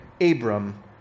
Abram